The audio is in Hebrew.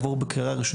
לשעבר.